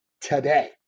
today